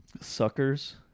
suckers